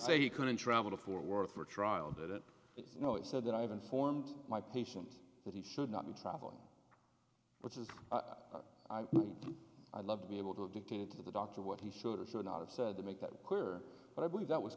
say he couldn't travel to fort worth for trial and it is no it said that i have informed my patient that he should not be traveling which is i love to be able to dictate to the doctor what he should or should not have said to make that clear but i believe that was